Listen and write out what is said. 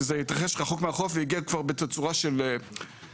כי זה התרחש רחוק מהחוף והגיע כבר בתצורה של זפת,